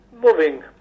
moving